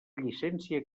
llicència